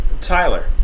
Tyler